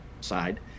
side